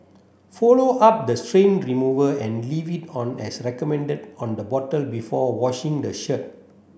follow up the stain remover and leave it on as recommended on the bottle before washing the shirt